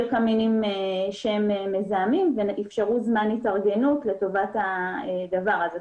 קמינים מזהמים ואפשרו זמן התארגנות לטובת הדבר הזה.